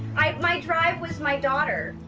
i my drive was my daughter.